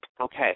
Okay